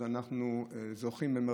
אז אנחנו "זוכים",